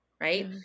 right